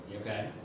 okay